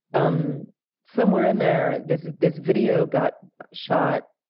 um somewhere in there, this this video got shot,